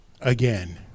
again